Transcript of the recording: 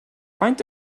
faint